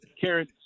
Karen